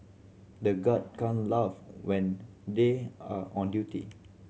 the guards can't laugh when they are on duty